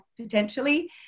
potentially